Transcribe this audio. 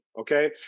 Okay